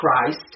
Christ